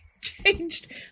changed